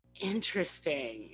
Interesting